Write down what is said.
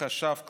חשב כללי,